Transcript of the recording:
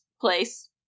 Place